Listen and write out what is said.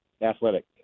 Athletic